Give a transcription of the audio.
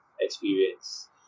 experience